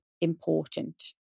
important